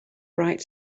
bright